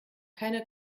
keiner